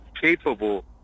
capable